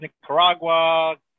Nicaragua